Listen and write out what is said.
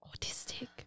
Autistic